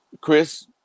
Chris